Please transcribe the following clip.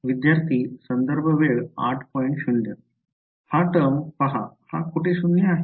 विद्यार्थीः हा टर्म पहा हा कुठे शून्य आहे